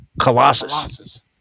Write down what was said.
Colossus